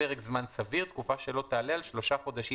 "פרק זמן סביר" תקופה שלא תעלה על שלושה חודשים